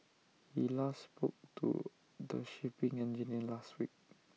he last spoke to the shipping engineer last week